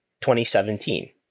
2017